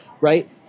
right